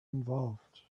involved